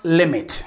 limit